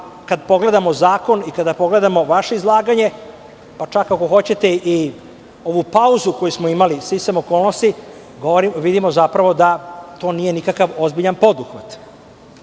kad pogledamo zakon i kada pogledamo vaše izlaganje, pa čak ako hoćete i ovu pauzu koju smo imali sticajem okolnosti, vidimo da to nije nikakav ozbiljan poduhvat.Za